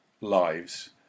lives